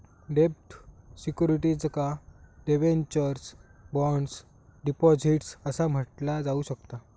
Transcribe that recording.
डेब्ट सिक्युरिटीजका debentures, bonds, deposits असा म्हटला जाऊ शकता